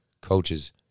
coaches